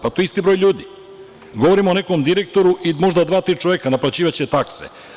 Pa to je isti broj ljudi, govorimo o nekom direktoru i možda dva-tri čoveka, naplaćivaće takse.